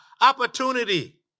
opportunity